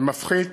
ומפחית